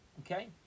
Okay